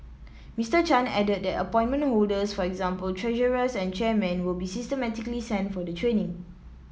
Mister Chan added that appointment holders for example treasurers and chairmen will be systematically sent for the training